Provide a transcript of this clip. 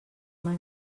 uma